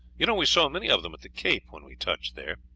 you know we saw many of them at the cape when we touched there.